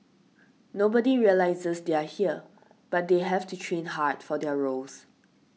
nobody realises they're here but they have to train hard for their roles